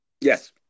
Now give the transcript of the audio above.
yes